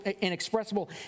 inexpressible